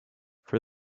for